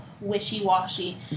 wishy-washy